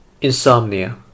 Insomnia